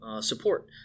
support